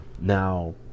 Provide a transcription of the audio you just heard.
Now